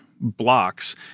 blocks